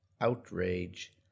outrage